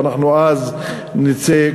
ואז אנחנו נצא,